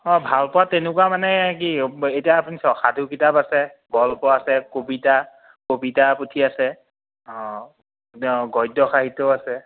অ' ভালপোৱাত তেনেকুৱা মানে কি এতিয়া আপুনি চাওক সাধু কিতাপ আছে গল্প আছে কবিতা কবিতা পুথি আছে অঁ অঁ গদ্য সাহিত্যও আছে